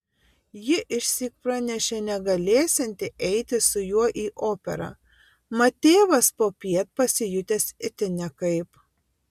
ji išsyk pranešė negalėsianti eiti su juo į operą mat tėvas popiet pasijutęs itin nekaip